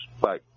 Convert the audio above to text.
Bye